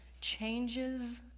changes